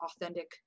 authentic